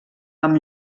amb